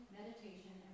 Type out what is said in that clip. meditation